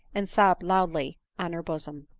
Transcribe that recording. and sobbed loudlv on her bosom.